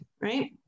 right